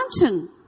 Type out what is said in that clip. mountain